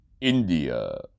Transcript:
India